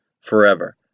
forever